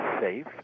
safe